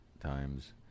times